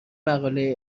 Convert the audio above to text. مقاله